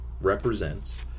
represents